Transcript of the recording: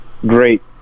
great